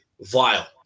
vile